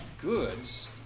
goods